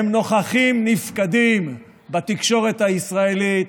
הם נוכחים-נפקדים בתקשורת הישראלית,